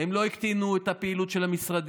הם לא הקטינו את הפעילות של המשרדים,